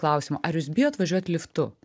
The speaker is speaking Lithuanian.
klausimą ar jūs bijot važiuot liftu